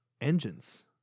engines